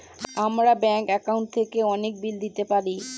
আমরা bank account থেকে অনেক বিল দিতে পারি